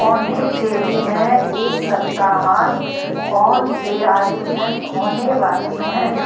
पोंडिचेरी में इस सप्ताहांत कौन से आयोजन होने वाले हैं